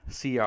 CR